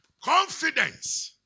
Confidence